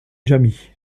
jamie